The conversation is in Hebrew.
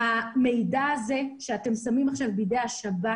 המידע הזה שאתם שמים עכשיו בידי השב"כ